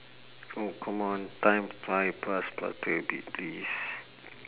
oh come on time fly past faster a bit please